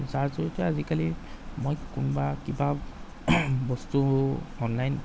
যাৰ জৰিয়তে আজিকালি মই কোনোবা কিবা বস্তু অনলাইন